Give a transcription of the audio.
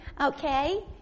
okay